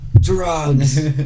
Drugs